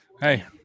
Hey